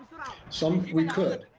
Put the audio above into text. some, we could.